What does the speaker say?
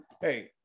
hey